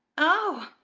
oh!